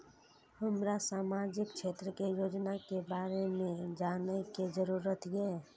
हमरा सामाजिक क्षेत्र के योजना के बारे में जानय के जरुरत ये?